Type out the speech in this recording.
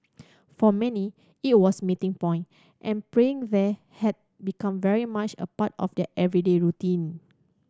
for many it was a meeting point and praying there had become very much a part of their everyday routine